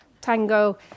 Tango